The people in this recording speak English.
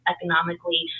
economically